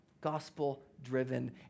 gospel-driven